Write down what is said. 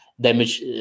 damage